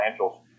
financials